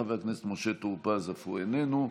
חבר הכנסת משה טור פז, איננו.